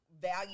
value